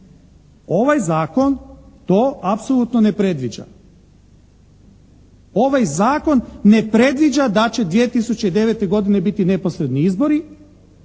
Ovaj zakon to apsolutno ne predviđa. Ovaj zakon ne predviđa da će 2009. godine biti neposredni izbori